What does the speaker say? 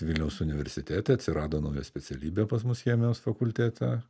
vilniaus universitete atsirado nauja specialybė pas mus chemijos fakultete